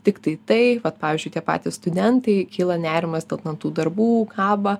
tiktai tai vat pavyzdžiui tie patys studentai kyla nerimas dėl tų darbų kaba